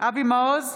אבי מעוז,